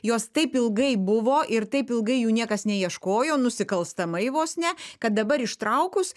jos taip ilgai buvo ir taip ilgai jų niekas neieškojo nusikalstamai vos ne kad dabar ištraukus